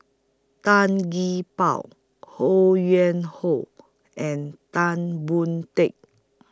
Tan Gee Paw Ho Yuen Hoe and Tan Boon Teik